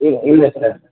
இல்லை இல்லை சார்